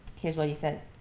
here's what he says.